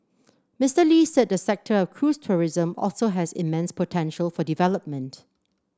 Mister Lee said the sector of cruise tourism also has immense potential for development